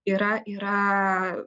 yra yra